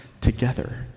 together